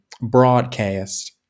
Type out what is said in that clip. broadcast